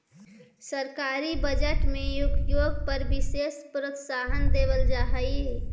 सरकारी बजट में उद्योग पर विशेष प्रोत्साहन देवल जा हई